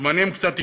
הזמנים קצת השתנו,